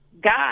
God